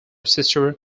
sister